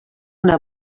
una